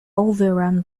overrun